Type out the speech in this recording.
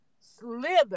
slither